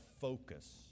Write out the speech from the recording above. focus